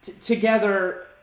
together